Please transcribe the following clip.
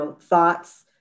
thoughts